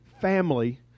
family